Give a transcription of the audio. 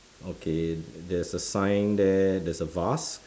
okay there's a sign there there's a vase